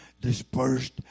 dispersed